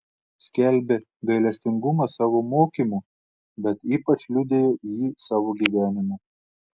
skelbė gailestingumą savo mokymu bet ypač liudijo jį savo gyvenimu